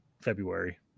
February